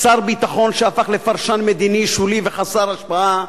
שר ביטחון שהפך לפרשן מדיני שולי וחסר השפעה,